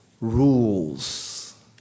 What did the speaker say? rules